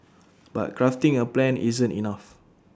but crafting A plan isn't enough